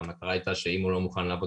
אלא המטרה הייתה שאם הוא לא מוכן לעבוד